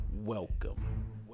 welcome